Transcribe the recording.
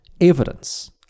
Evidence